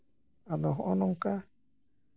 ᱟᱫᱚ ᱦᱚᱜᱼᱚᱭ ᱱᱚᱝᱠᱟ